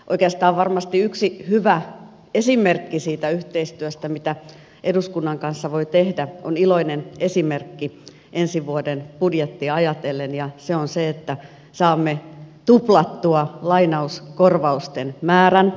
oikeastaan varmasti yksi hyvä esimerkki siitä yhteistyöstä mitä eduskunnan kanssa voi tehdä on iloinen esimerkki ensi vuoden budjettia ajatellen ja se on se että saamme tuplattua lainauskorvausten määrän